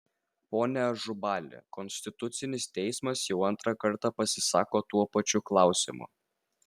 pone ažubali konstitucinis teismas jau antrą kartą pasisako tuo pačiu klausimu